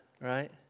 right